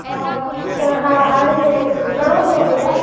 हा त हा हाणे जे घणो थियो भैया